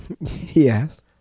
Yes